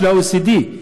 של ה-OECD,